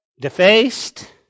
defaced